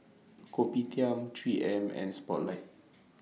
Kopitiam three M and Spotlight